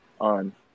on